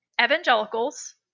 evangelicals